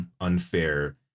unfair